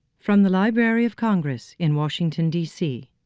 from the library of congress in washington, d c.